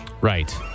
Right